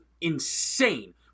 insane